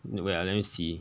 wait ah let me see